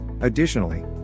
Additionally